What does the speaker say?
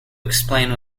explain